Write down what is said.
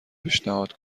پیشنهاد